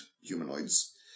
humanoids